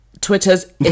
Twitter's